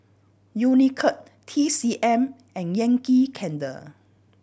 Unicurd T C M and Yankee Candle